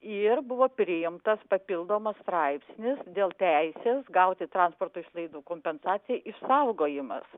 ir buvo priimtas papildomas straipsnis dėl teisės gauti transporto išlaidų kompensaciją išsaugojimas